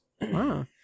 Wow